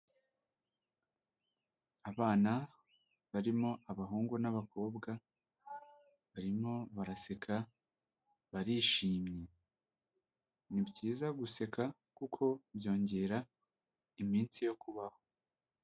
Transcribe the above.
Abana barimo abahungu n'abakobwa barimo baraseka barishimye, n'ibyiza guseka kuko byongera iminsi yo kubaho.